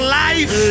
life